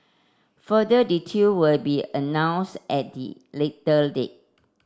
further detail will be announced at a later date